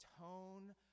tone